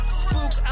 spook